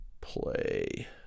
play